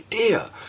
idea